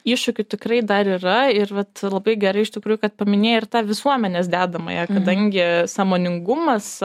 iššūkių tikrai dar yra ir vat labai gerai iš tikrųjų kad paminėjai ir tą visuomenės dedamąją kadangi sąmoningumas